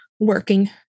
working